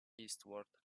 eastward